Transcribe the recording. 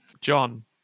John